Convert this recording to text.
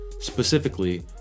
specifically